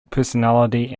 personality